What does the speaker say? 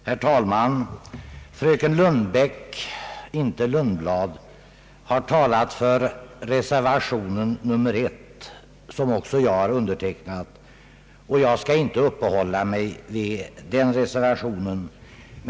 Herr talman! Fröken Lundbeck har talat för reservationen 1 som också jag undertecknat, och jag skall inte uppehålla mig vid den reservationen.